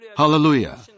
Hallelujah